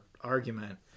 argument